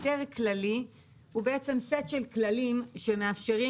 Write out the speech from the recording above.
היתר כללי הוא בעצם סט של כללים שמאפשרים